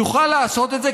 יוכל לעשות את זה,